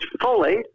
fully